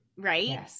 right